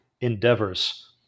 endeavors